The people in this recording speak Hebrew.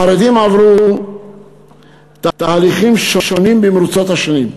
החרדים עברו תהליכים שונים במרוצות השנים,